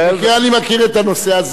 אני מכיר את הנושא הזה,